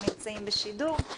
אנחנו נמצאים בשידור,